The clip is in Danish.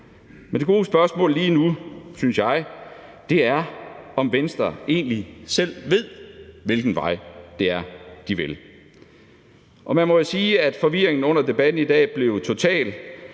Men det gode spørgsmål lige nu er, synes jeg, om Venstre egentlig selv ved, hvilken vej de vil gå. Og man må jo sige, at forvirringen blev total